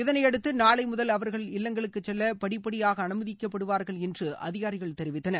இதனையடுத்து நாளை முதல் அவர்கள் இல்லங்களுக்கு செல்ல படிப்படியாக அனுமதிக்கப்படுவார்கள் என்று அதிகாரிகள் தெரிவித்தனர்